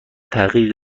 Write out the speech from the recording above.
تغییر